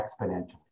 exponentially